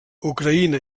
ucraïna